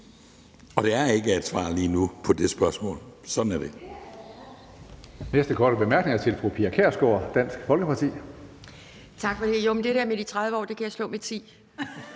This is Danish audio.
Og der er ikke et svar lige nu på det spørgsmål. Sådan er det.